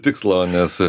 tikslo nes